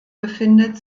befindet